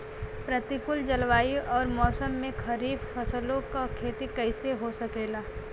प्रतिकूल जलवायु अउर मौसम में खरीफ फसलों क खेती कइसे हो सकेला?